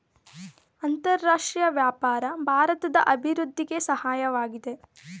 ಅಂತರರಾಷ್ಟ್ರೀಯ ವ್ಯಾಪಾರ ಭಾರತದ ಅಭಿವೃದ್ಧಿಗೆ ಸಹಾಯವಾಗಿದೆ